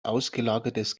ausgelagertes